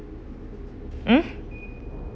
mm